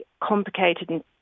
complicated